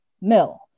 mill